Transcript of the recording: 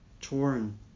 torn